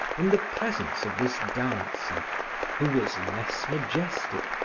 in the presence of this dancer who was less majestic,